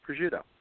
prosciutto